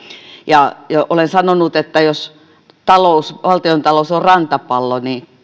ja olen sanonut että jos valtiontalous on rantapallo niin